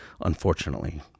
unfortunately